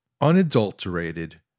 unadulterated